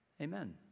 amen